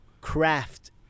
craft